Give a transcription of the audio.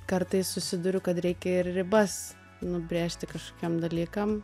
kartais susiduriu kad reikia ir ribas nubrėžti kažkokiem dalykam